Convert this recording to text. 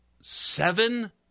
seven